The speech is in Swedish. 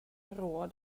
råd